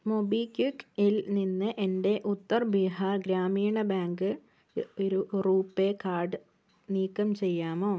മൊബിക്വിക്കിൽ നിന്ന് എൻ്റെ ഉത്തർ ബീഹാർ ഗ്രാമീണ ബാങ്ക് രൂ റൂപേ കാർഡ് നീക്കം ചെയ്യാമോ